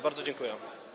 Bardzo dziękuję.